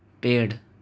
पेड़